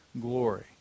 glory